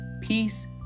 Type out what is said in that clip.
peace